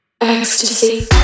Ecstasy